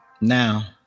now